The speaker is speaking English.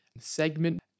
segment